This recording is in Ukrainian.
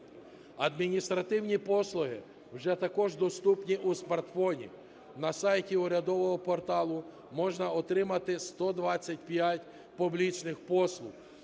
Адміністративні послуги вже також доступні у смартфоні. На сайті урядового порталу можна отримати 125 публічних послуг